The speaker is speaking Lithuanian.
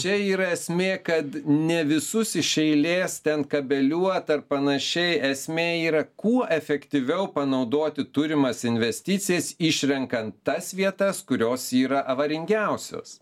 čia yra esmė kad ne visus iš eilės ten kabeliuot ar panašiai esmė yra kuo efektyviau panaudoti turimas investicijas išrenkant tas vietas kurios yra avaringiausios